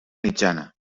mitjana